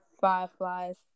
fireflies